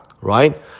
right